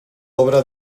obra